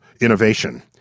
innovation